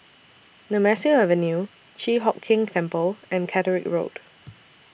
Nemesu Avenue Chi Hock Keng Temple and Catterick Road